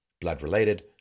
blood-related